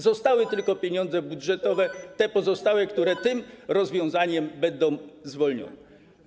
Zostały tylko pieniądze budżetowe, te pozostałe, które tym rozwiązaniem będą zwolnione.